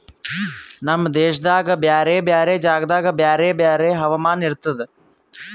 ನಮ್ ದೇಶದಾಗ್ ಬ್ಯಾರೆ ಬ್ಯಾರೆ ಜಾಗದಾಗ್ ಬ್ಯಾರೆ ಬ್ಯಾರೆ ಹವಾಮಾನ ಇರ್ತುದ